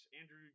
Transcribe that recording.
Andrew